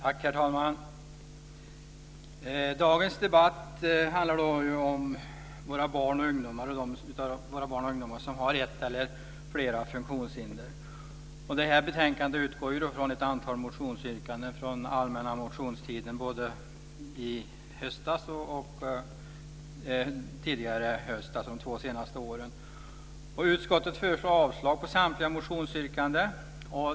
Herr talman! Dagens debatt handlar om de av våra barn och ungdomar som har ett eller flera funktionshinder. Detta betänkande utgår från ett antal motionsyrkanden under allmänna motionstiden både i höstas och tidigare höst, dvs. de två senaste åren. Utskottet föreslår avslag på samtliga motionsyrkanden.